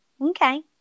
okay